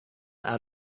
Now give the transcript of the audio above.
out